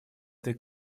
этой